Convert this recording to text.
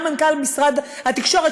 גם מנכ"ל משרד התקשורת,